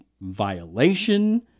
violation